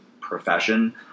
profession